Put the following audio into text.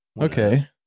Okay